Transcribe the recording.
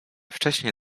wcześnie